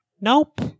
Nope